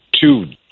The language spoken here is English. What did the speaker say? Two